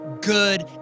good